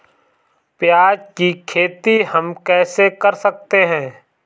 प्याज की खेती हम कैसे कर सकते हैं?